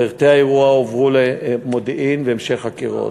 ופרטי האירוע הועברו למודיעין להמשך חקירות.